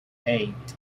eight